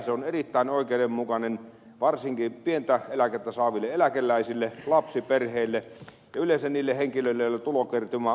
se on erittäin oikeudenmukainen varsinkin pientä eläkettä saaville eläkeläisille lapsiperheille ja yleensä niille henkilöille joiden tulokertymä on pientä